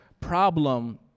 problem